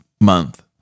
month